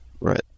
Right